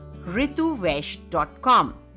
rituvesh.com